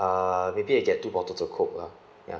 uh maybe I get two bottle of coke lah